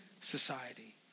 society